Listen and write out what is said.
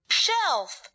shelf